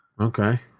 Okay